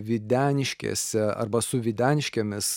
videniškiuose arba su videniškėmis